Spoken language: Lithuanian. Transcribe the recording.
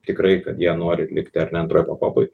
tikrai kad jie nori likti ar ne antroj pakopoj